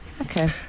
okay